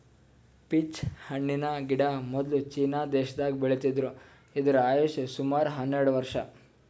peach ಹಣ್ಣಿನ್ ಗಿಡ ಮೊದ್ಲ ಚೀನಾ ದೇಶದಾಗ್ ಬೆಳಿತಿದ್ರು ಇದ್ರ್ ಆಯುಷ್ ಸುಮಾರ್ ಹನ್ನೆರಡ್ ವರ್ಷ್